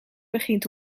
begint